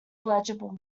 illegible